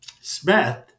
Smith